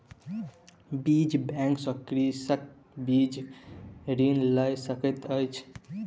बीज बैंक सॅ कृषक बीज ऋण लय सकैत अछि